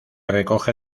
recoge